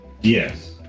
Yes